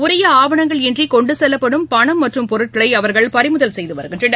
உரியஆவணங்கள் இன்றிகொண்டுசெல்லப்படும் பணம் மற்றும் பொருட்களைஅவர்கள் பறிமுதல் செய்குவருகின்றனர்